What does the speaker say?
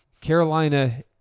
Carolina